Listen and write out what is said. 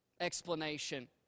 explanation